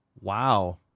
wow